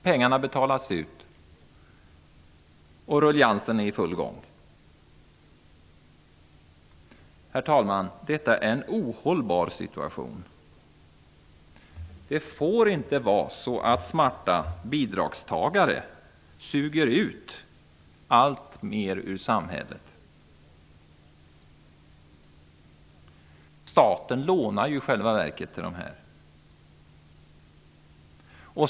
Pengarna betalas ut, och ruljangsen är i full gång. Herr talman! Detta är en ohållbar situation. Det får inte vara så att smarta bidragstagare suger ut alltmer ur samhället. Staten lånar ju i själva verket till detta.